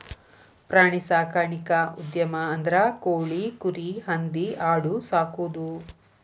ಪ್ರಾಣಿ ಸಾಕಾಣಿಕಾ ಉದ್ಯಮ ಅಂದ್ರ ಕೋಳಿ, ಕುರಿ, ಹಂದಿ ಆಡು ಸಾಕುದು